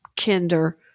kinder